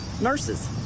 nurses